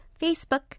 Facebook